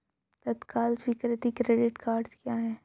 तत्काल स्वीकृति credit cards क्या हैं?